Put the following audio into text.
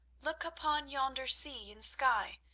look upon yonder sea and sky,